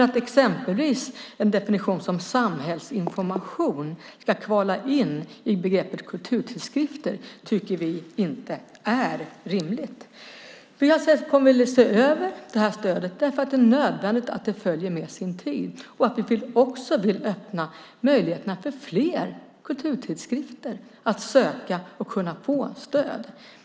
Att en definition som samhällsinformation ska kvala in i begreppet kulturtidskrifter tycker vi inte är rimligt. Vi kommer att se över stödet eftersom det är nödvändigt att det följer med sin tid. Vi vill också öppna möjligheten för fler kulturtidskrifter att söka och få stöd.